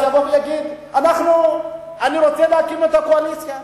יבוא ויגיד: אני רוצה להקים את הקואליציה.